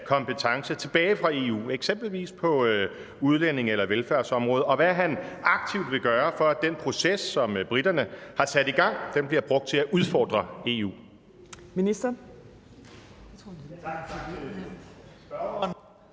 kompetence tilbage fra EU – eksempelvis på udlændinge- eller velfærdsområdet – og hvad han aktivt vil gøre, for at den proces, briterne har sat i gang, bliver brugt til at udfordre EU?